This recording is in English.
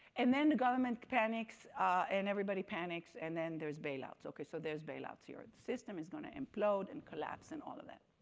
and then the government panics and everybody panics and then there is bailouts, okay, so there is bailouts here, system is going to implode, and collapse in all of that.